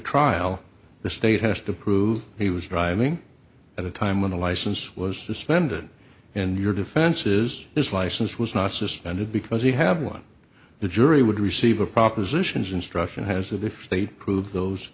trial the state has to prove he was driving at a time when the license was suspended and your defenses his license was not suspended because you have won the jury would receive a proposition's instruction has if they prove those